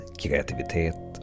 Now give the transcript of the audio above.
kreativitet